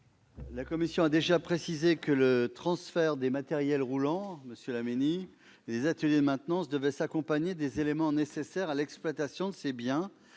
la commission a déjà précisé que le transfert des matériels roulants et des ateliers de maintenance devait s'accompagner du transfert des éléments nécessaires à l'exploitation de ces biens,